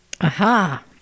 aha